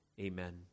Amen